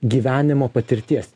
gyvenimo patirties